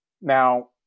Now